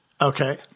Okay